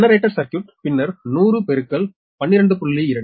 generator circuit பின்னர் 10012